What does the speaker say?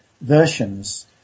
versions